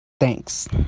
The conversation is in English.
Thanks